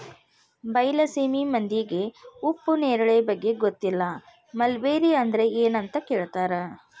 ಬೈಲಸೇಮಿ ಮಂದಿಗೆ ಉಪ್ಪು ನೇರಳೆ ಬಗ್ಗೆ ಗೊತ್ತಿಲ್ಲ ಮಲ್ಬೆರಿ ಅಂದ್ರ ಎನ್ ಅಂತ ಕೇಳತಾರ